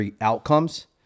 outcomes